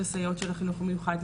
הסייעות של החינוך המיוחד,